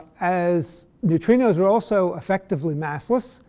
as neutrinos are also effectively massless,